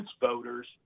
voters